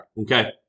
Okay